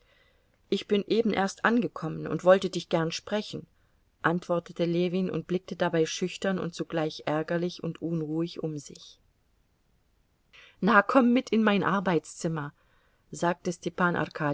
ich bin eben erst angekommen und wollte dich gern sprechen antwortete ljewin und blickte dabei schüchtern und zugleich ärgerlich und unruhig um sich na komm mit in mein arbeitszimmer sagte stepan